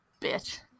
bitch